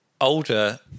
older